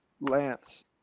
Lance